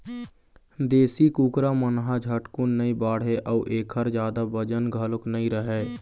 देशी कुकरा मन ह झटकुन नइ बाढ़य अउ एखर जादा बजन घलोक नइ रहय